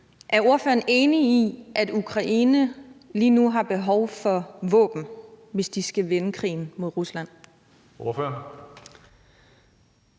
Er ordføreren enig i, at Ukraine lige nu har behov for våben, hvis de skal vinde krigen mod Rusland? Kl.